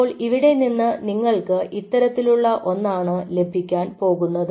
അപ്പോൾ ഇവിടെ നിന്ന് നിങ്ങൾക്ക് ഇത്തരത്തിലുള്ള ഒന്നാണ് ലഭിക്കാൻ പോകുന്നത്